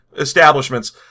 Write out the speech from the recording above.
establishments